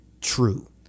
true